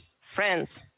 friends